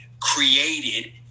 created